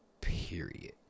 period